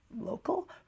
local